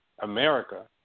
America